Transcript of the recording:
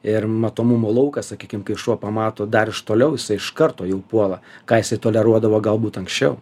ir matomumo laukas sakykim kai šuo pamato dar iš toliau jisai iš karto jau puola ką jisai toleruodavo galbūt anksčiau